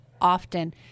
often